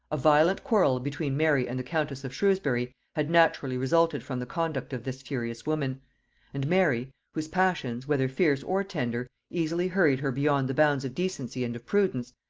a violent quarrel between mary and the countess of shrewsbury had naturally resulted from the conduct of this furious woman and mary, whose passions, whether fierce or tender, easily hurried her beyond the bounds of decency and of prudence,